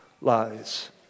lies